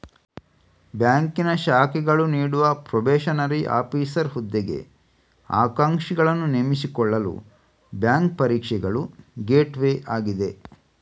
ಬ್ಯಾಂಕಿನ ಶಾಖೆಗಳು ನೀಡುವ ಪ್ರೊಬೇಷನರಿ ಆಫೀಸರ್ ಹುದ್ದೆಗೆ ಆಕಾಂಕ್ಷಿಗಳನ್ನು ನೇಮಿಸಿಕೊಳ್ಳಲು ಬ್ಯಾಂಕು ಪರೀಕ್ಷೆಗಳು ಗೇಟ್ವೇ ಆಗಿದೆ